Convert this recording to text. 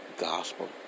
gospel